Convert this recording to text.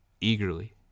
eagerly